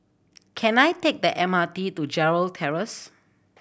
can I take the M R T to Gerald Terrace